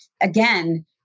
again